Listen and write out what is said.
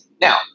Now